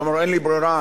שאומר: אין לי ברירה,